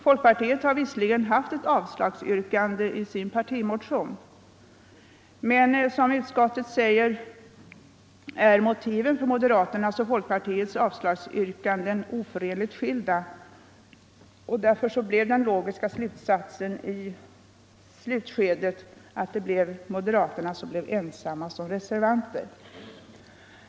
Folkpartiet har visserligen ett avslagsyrkande i sin partimotion, men som utskottet säger är motiven för moderaternas och folkpartiets avslagsyrkanden "oförenligt skilda”. Den logiska följden var därför att moderaterna i slutskedet blev ensamma reservanter.